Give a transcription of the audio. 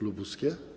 Lubuskie?